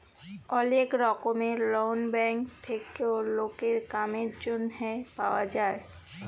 ওলেক রকমের loan bank থেক্যে লকের কামের জনহে পাওয়া যায়